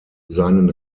seinen